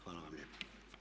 Hvala vam lijepa.